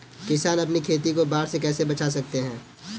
किसान अपनी खेती को बाढ़ से कैसे बचा सकते हैं?